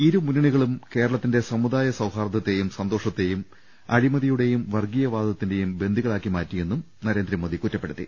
ഇരുമു ന്നണികളും കേരളത്തിന്റെ സമുദായ സൌഹാർദ്ദത്തെയും സന്തോഷത്തെയും അഴിമതിയുടെയും വർഗ്ഗീയ വാദത്തിന്റെയും ബന്ദികളാക്കി മാറ്റിയെന്നും നരേന്ദ്രമോദി കുറ്റപ്പെടുത്തി